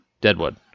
Deadwood